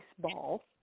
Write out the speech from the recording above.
baseball